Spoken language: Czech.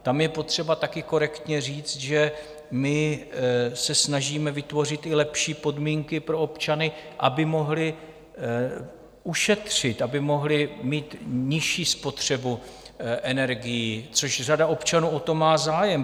Tam je potřeba taky korektně říct, že se snažíme vytvořit i lepší podmínky pro občany, aby mohli ušetřit, aby mohli mít nižší spotřebu energií, což řada občanů o to má zájem.